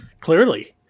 Clearly